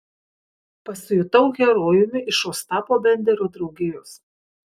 pasijutau herojumi iš ostapo benderio draugijos